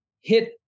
hit